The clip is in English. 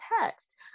text